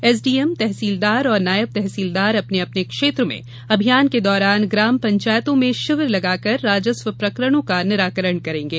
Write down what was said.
SDM tehsildar और नायब तहसीलदार अपने अपने क्षेत्र में अभियान के दौरान ग्राम पंचायतों में शिविर लगाकर राजस्व प्रकरणों का निराकरण करेंगे